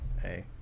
hey